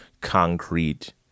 concrete